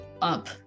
up